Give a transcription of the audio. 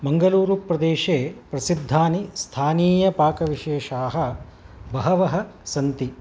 मङ्गलूरुप्रदेशे प्रसिद्धानि स्थानीयपाकविशेषाः बहवः सन्ति